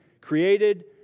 created